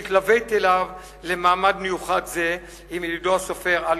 התלוויתי אליו למעמד מיוחד זה עם ידידו הסופר א.ב.